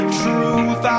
truth